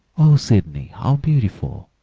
oh, sydney! how beautiful!